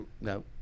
No